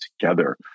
together